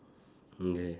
mm K